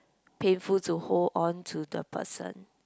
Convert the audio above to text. painful to hold on to the person